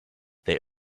they